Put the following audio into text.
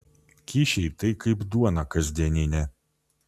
kyšiai tai kaip duona kasdieninė